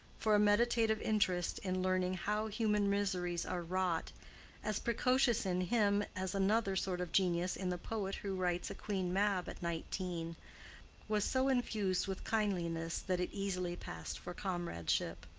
for a meditative interest in learning how human miseries are wrought as precocious in him as another sort of genius in the poet who writes a queen mab at nineteen was so infused with kindliness that it easily passed for comradeship.